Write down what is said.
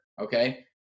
Okay